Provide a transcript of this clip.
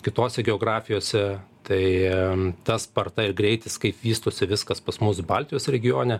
kitose geografijose tai ta sparta ir greitis kaip vystosi viskas pas mus baltijos regione